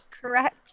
correct